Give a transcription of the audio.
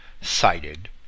cited